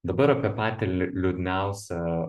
dabar apie patį li liūdniausią